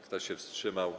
Kto się wstrzymał?